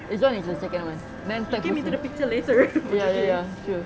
izuan is the second one then third husni ya ya ya true